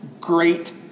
great